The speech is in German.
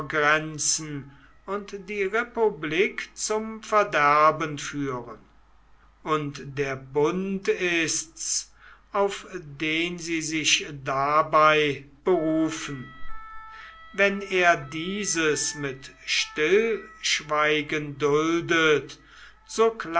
grenzen und die republik zum verderben führen und der bund ist's auf den sie sich dabei berufen wenn er dieses mit stillschweigen duldet